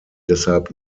deshalb